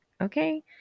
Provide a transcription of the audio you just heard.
okay